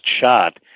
shot